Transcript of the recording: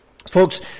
Folks